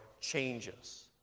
changes